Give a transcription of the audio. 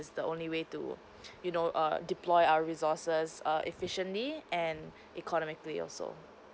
the only way to you know err deploy our resources err efficiently and economically also